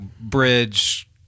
bridge